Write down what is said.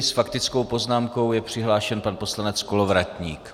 S faktickou poznámkou je přihlášen pan poslanec Kolovratník.